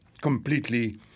completely